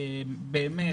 באמת,